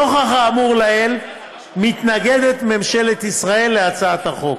נוכח האמור לעיל, ממשלת ישראל מתנגדת להצעת החוק.